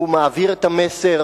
הוא מעביר את המסר: